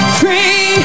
free